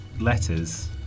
letters